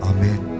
Amen